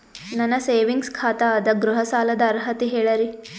ನನ್ನ ಸೇವಿಂಗ್ಸ್ ಖಾತಾ ಅದ, ಗೃಹ ಸಾಲದ ಅರ್ಹತಿ ಹೇಳರಿ?